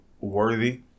worthy